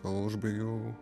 o užbaigiau